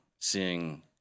seeing